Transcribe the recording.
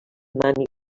mani